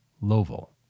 Lovell